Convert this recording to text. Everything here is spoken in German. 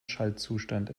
schaltzustand